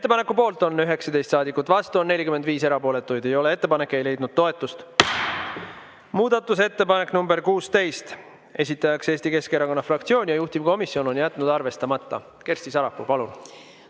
Ettepaneku poolt on 19 saadikut, vastu 45, erapooletuid 0. Ettepanek ei leidnud toetust. Muudatusettepanek nr 24, esitaja on Eesti Keskerakonna fraktsioon, juhtivkomisjon on jätnud arvestamata. Kersti Sarapuu, palun!